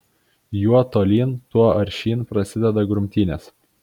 juo tolyn tuo aršyn prasideda grumtynės